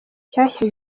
nshyashya